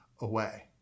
away